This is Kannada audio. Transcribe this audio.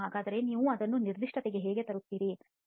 ಹಾಗಾದರೆ ನಾವು ಅದನ್ನು ನಿರ್ದಿಷ್ಟತೆಗೆ ಹೇಗೆ ತರುತ್ತೇವೆ